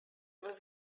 was